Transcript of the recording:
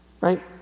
Right